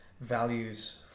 values